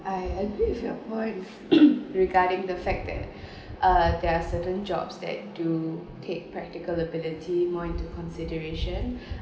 I agree with your point regarding the fact that uh there are certain jobs that do take practical ability more into consideration